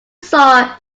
saw